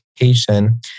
education